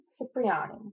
Cipriani